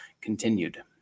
continued